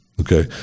Okay